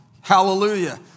Hallelujah